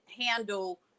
handle